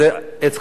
עץ הוא חשוב,